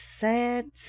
sad